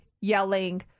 yelling